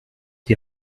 die